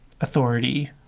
authority